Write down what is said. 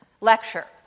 lecture